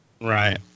Right